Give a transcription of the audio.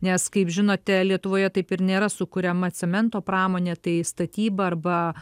nes kaip žinote lietuvoje taip ir nėra sukuriama cemento pramonė tai statyba arba